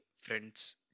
friends